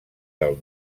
del